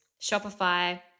Shopify